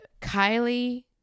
Kylie